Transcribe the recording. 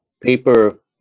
paper